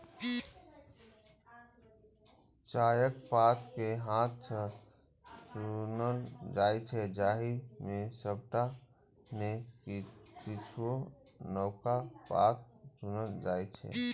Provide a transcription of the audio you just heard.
चायक पात कें हाथ सं चुनल जाइ छै, जाहि मे सबटा नै किछुए नवका पात चुनल जाइ छै